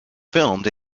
filmed